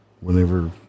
whenever